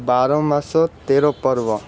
ବାରମାସ ତେରପର୍ବ